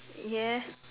yes